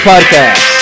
podcast